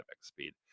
speed